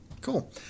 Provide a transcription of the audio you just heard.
Cool